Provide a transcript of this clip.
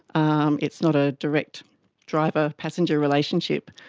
um it's not a direct driver-passenger relationship,